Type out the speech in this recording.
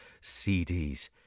CDs